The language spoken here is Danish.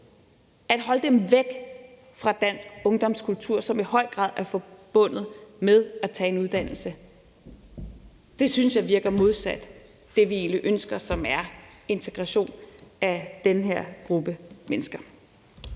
og hele pakken, væk fra dansk ungdomskultur, som i høj grad er forbundet med at tage en uddannelse. Det synes jeg virker modsat det, vi egentlig ønsker, som er integration af den her gruppe mennesker.